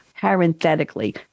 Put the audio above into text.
parenthetically